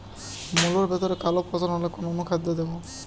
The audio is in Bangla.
মুলোর ভেতরে কালো পচন হলে কোন অনুখাদ্য দেবো?